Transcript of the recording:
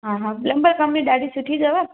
हा प्लम्बर कम में ॾाढी सुठी अथव